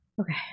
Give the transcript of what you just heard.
Okay